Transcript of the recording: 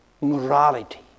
morality